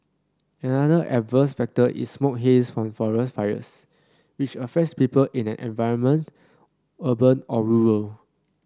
another adverse factor is smoke haze from forest fires which affects people in any environment urban or rural